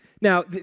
Now